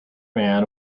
man